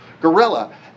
Gorilla